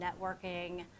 networking